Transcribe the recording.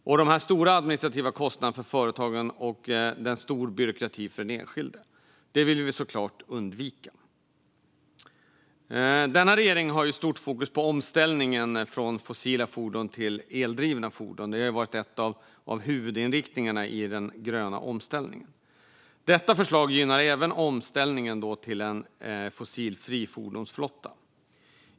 Dessa stora administrativa kostnader för företagen och den stora byråkratin för den enskilde vill vi såklart undvika. Denna regering har stort fokus på omställningen från fossila fordon till eldrivna fordon. Det har varit en av huvudinriktningarna i den gröna omställningen. Förslaget gynnar även omställningen till en fossilfri fordonsflotta.